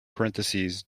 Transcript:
parentheses